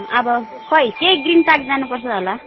अब खोइ त्यही ग्रिन पार्क जानुपर्छ होला